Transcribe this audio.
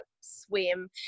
swim